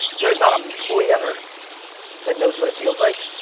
there's not an employee on earth that knows what it feels like.